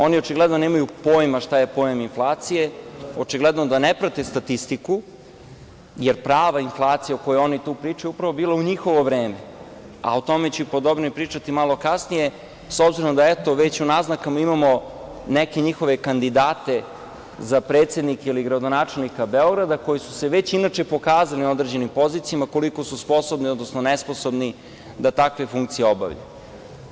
Oni očigledno nemaju pojma šta je pojam – inflacija, očigledno da ne prate statistiku, jer prava inflacija o kojoj oni pričaju je upravo bila u njihovo vreme, a tome ću podobnije pričati malo kasnije s obzirom da već u naznakama imamo neke njihove kandidate za predsednike ili gradonačelnika Beograda, koji su se već inače pokazali na određenim pozicijama koliko su sposobni, odnosno nesposobni da takve funkcije obavljaju.